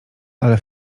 ale